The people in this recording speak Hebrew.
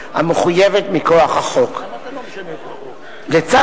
יש הרבה מאוד שאלות סביב תחנת הכוח המתוכננת, מעט